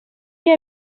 que